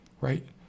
right